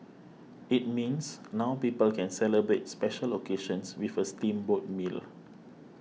it means now people can celebrate special occasions with a steamboat meal